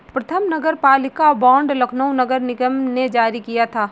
प्रथम नगरपालिका बॉन्ड लखनऊ नगर निगम ने जारी किया था